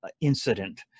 incident